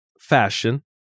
fashion